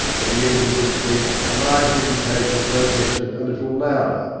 at the end of the six weeks a larger deputation protested a little louder,